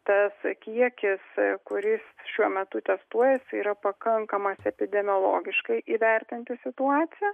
tas kiekis kuris šiuo metu testuojasi yra pakankamas epidemiologiškai įvertinti situaciją